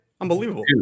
Unbelievable